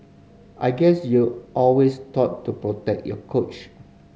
I guess you're always taught to protect your coach